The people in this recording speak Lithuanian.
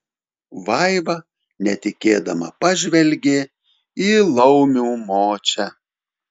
vaiva netikėdama pažvelgė į laumių močią